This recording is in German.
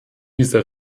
dieser